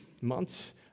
months